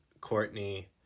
Courtney